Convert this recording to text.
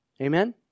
Amen